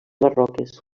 barroques